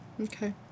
Okay